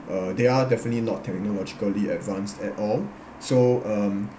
uh they are definitely not technologically advanced at all so um